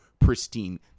pristine